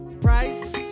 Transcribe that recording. price